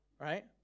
Right